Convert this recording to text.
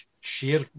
share